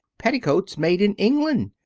petticoats made in england!